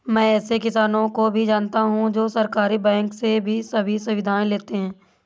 मैं ऐसे किसानो को भी जानता हूँ जो सहकारी बैंक से सभी सुविधाएं लेते है